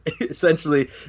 essentially